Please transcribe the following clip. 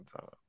time